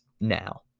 now